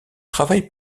travaille